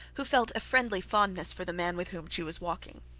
who felt a friendly fondness for the man with whom she was walking.